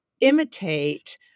imitate